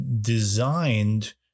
designed